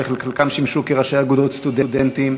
שחלקם שימשו כראשי אגודות סטודנטים,